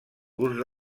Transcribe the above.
gust